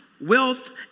wealth